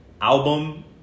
album